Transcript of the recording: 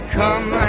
come